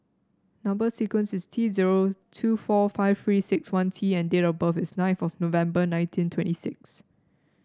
number sequence is T zero two four five Three six one T and date of birth is nine of November nineteen twenty six